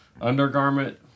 Undergarment